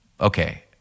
okay